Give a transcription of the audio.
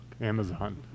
Amazon